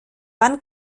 wann